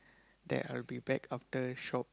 that I'll be back after shop